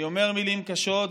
אני אומר מילים קשות,